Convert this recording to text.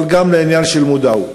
אבל גם לעניין של מודעות.